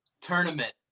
tournament